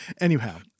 Anyhow